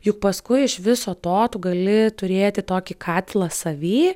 juk paskui iš viso to tu gali turėti tokį katilą savy